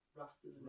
Rusted